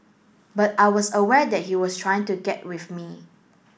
but I was aware that he was trying to get with me